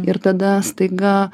ir tada staiga